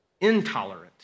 intolerant